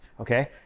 okay